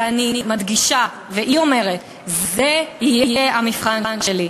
ואני מדגישה, היא אומרת: זה יהיה המבחן שלי.